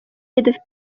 видов